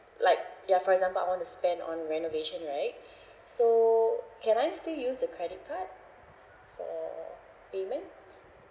like ya for example I want to spend on renovation right so can I still use the credit card for payment